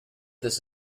this